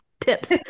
tips